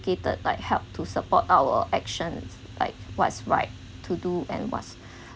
educated like help to support our actions like what's right to do and was